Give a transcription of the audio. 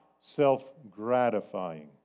self-gratifying